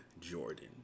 Jordan